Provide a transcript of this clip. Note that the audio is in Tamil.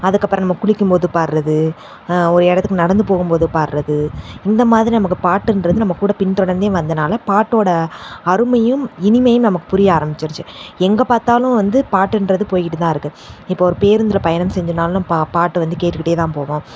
அதுக்கப்புறோம் நம்ம குளிக்கும்போது பாடுறது ஒரு இடத்துக்கு நடந்து போகும்போது பாடுறது இந்த மாதிரி நமக்கு பாட்டுன்றது நம்ம கூட பின்தொடர்ந்தே வந்ததனால பாட்டோடய அருமையும் இனிமையும் நமக்கு புரிய ஆரம்பிச்சிடுச்சு எங்கே பார்த்தாலும் வந்து பாட்டுன்றது போயிகிட்டுதான் இருக்குது இப்போ ஒரு பேருந்தில் பயணம் செஞ்சோனாலும் நம்ப பா பாட்டு வந்து கேட்டுக்கிட்டேதான் போவோம்